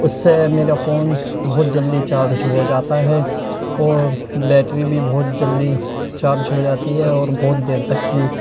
اس سے میرا فون بہت جلدی چارج ہو جاتا ہے اور بیٹری بھی بہت جلدی چارج ہو جاتی ہے اور بہت دیر تک کی